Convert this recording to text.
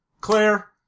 Claire